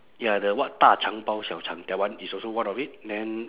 ya the what 大腸包小腸 that one is also one of it then